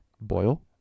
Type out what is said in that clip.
Boil